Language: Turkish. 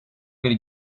bir